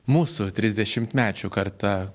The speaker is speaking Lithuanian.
mūsų trisdešimtmečių karta